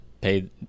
pay